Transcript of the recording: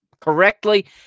correctly